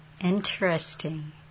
Interesting